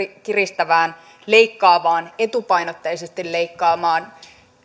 kiristävään leikkaavaan etupainotteisesti leikkaavaan